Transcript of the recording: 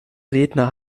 redner